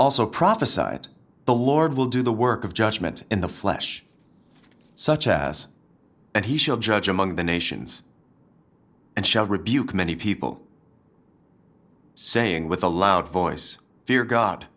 also prophesied the lord will do the work of judgment in the flesh such as and he shall judge among the nations and shall rebuke many people saying with a loud voice fear god